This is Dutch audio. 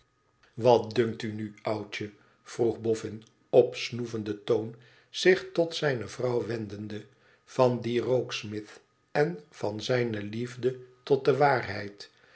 wat dunkt u nu oudje vroeg bofn op snoevenden toon zich tot zijne vrouw wendende i van dien rokesmith en van zijne liefde tot de waarheid